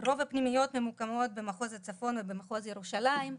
רוב הפנימיות ממוקמות במחוז הצפון או במחוז ירושלים,